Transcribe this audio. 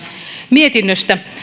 mietinnöstä